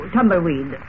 Tumbleweed